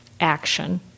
action